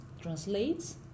translates